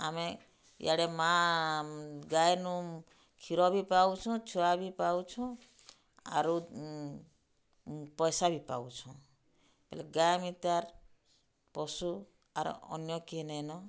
ଆମେ ଇଆଡ଼େ ମା'ଗାଏନୁ କ୍ଷୀର ବି ପାଉଛୁଁ ଛୁଆ ବି ପାଉଛୁଁ ଆରୁ ଏଇସା ବି ପାଉଛୁଁ ହେଲେ ଗାଏ ମିତାର୍ ପଶୁ ଆର୍ ଅନ୍ୟ କିଏ ନେଇନ